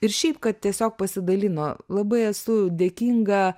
ir šiaip kad tiesiog pasidalino labai esu dėkinga